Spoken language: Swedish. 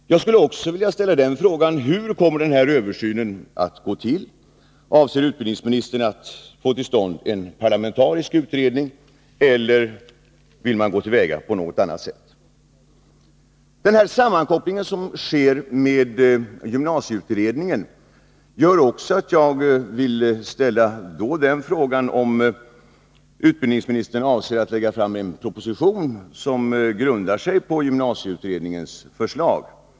Jag skulle också vilja ställa frågan hur denna översyn kommer att gå till. Avser utbildningsministern att få till stånd en parlamentarisk utredning, eller vill hon gå till väga på något annat sätt? Den sammankoppling som sker med gymnasieutredningen gör också att jag vill ställa frågan om utbildningsministern avser att lägga fram en proposition som grundar sig på gymnasieutredningens förslag.